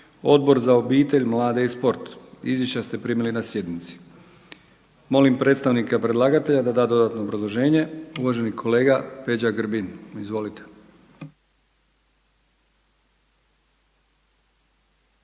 Odbor za obitelj, mlade i sport. Izvješća ste primili na sjednici. Molim predstavnika predlagatelja da da dodatno obrazloženje. Uvaženi kolega Peđa Grbin. Izvolite.